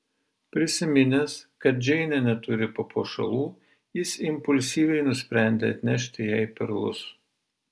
prisiminęs kad džeinė neturi papuošalų jis impulsyviai nusprendė atnešti jai perlus